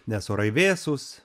nes orai vėsūs